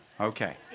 Okay